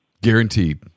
Guaranteed